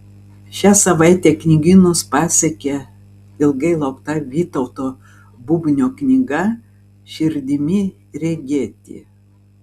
šią savaitę knygynus pasiekė ilgai laukta vytauto bubnio knyga širdimi regėti